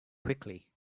quickly